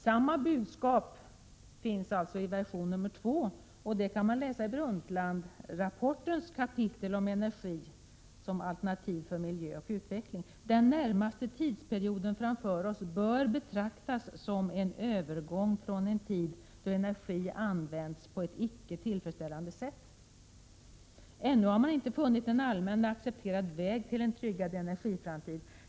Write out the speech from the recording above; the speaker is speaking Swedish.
Samma budskap finns i en andra version. Om den kan man läsa i Brundtlandrapportens kapitel Energi: alternativ för miljö och utveckling. Där heter det: ”Den närmaste tidsperioden framför oss bör betraktas som en övergång från en tid då energi använts på ett icke tillfredsställande sätt. Ännu har man inte funnit en allmänt accepterad väg till en tryggad energiframtid.